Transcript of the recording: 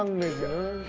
um new year